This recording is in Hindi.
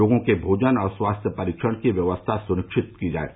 लोगों के भोजन और स्वास्थ्य परीक्षण की व्यवस्था सुनिश्चित की जाये